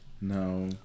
No